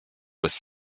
was